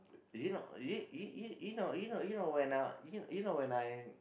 you know you you you know you know when I you know when I